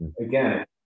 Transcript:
again